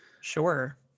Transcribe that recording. Sure